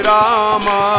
Rama